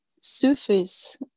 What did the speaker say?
Sufis